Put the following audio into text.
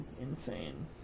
insane